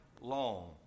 long